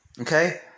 Okay